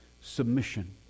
submission